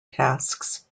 tasks